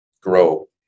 Grow